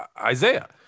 Isaiah